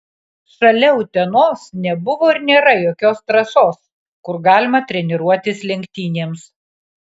šalia utenos nebuvo ir nėra jokios trasos kur galima treniruotis lenktynėms